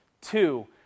Two